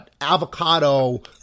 avocado